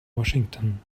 washington